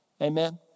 Amen